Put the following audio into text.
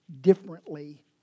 differently